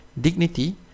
dignity